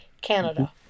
Canada